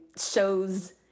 shows